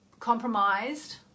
compromised